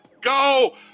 go